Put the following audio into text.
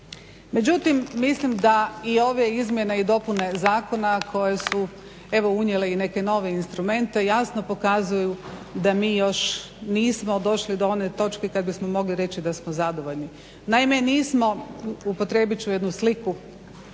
Međutim mislim da i ove izmjene i dopune zakona koje su unijele i neke nove instrumente jasno pokazuju da mi još nismo došli do one točke kada bismo mogli reći da smo zadovoljni. Naime, nismo upotrijebit ću jednu sliku